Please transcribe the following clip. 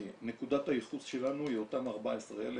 נקודת הייחוס שלנו היא אותם 14,000